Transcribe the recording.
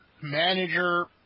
manager